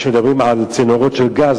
כשמדברים על צינורות של גז,